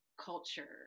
culture